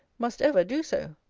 must ever do so.